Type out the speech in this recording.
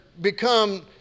become